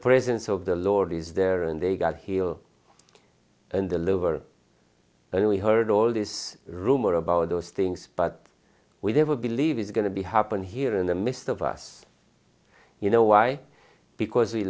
presence of the lord is there and they got he'll in the liver and we heard all this rumor about those things but we never believe it's going to be happen here in the midst of us you know why because we